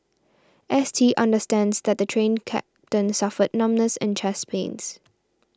S T understands that the Train Captain suffered numbness and chest pains